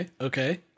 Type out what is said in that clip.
okay